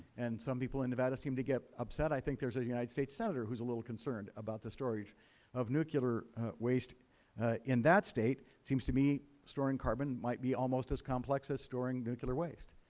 and some people in nevada seemed to get upset. i think there is a united states senator who is a little concerned about the storage of nuclear waste in that state. it seems to me storing carbon might be almost as complex as storing nuclear waste.